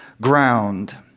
ground